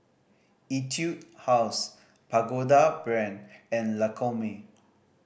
Etude House Pagoda Brand and Lancome